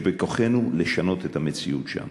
יש בכוחנו לשנות את המציאות שם.